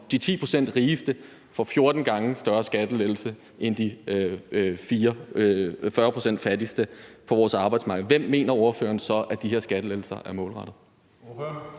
de 10 pct. rigeste får en 14 gange større skattelettelse end de 40 pct. fattigste på vores arbejdsmarked, hvem mener ordføreren så at de her skattelettelser er målrettet?